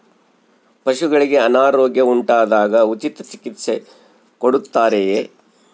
ಪಶುಗಳಿಗೆ ಅನಾರೋಗ್ಯ ಉಂಟಾದಾಗ ಉಚಿತ ಚಿಕಿತ್ಸೆ ಕೊಡುತ್ತಾರೆಯೇ?